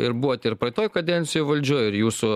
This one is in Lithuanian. ir buvot ir praeitoj kadencijoj valdžioj ir jūsų